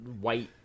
white